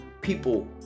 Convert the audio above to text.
people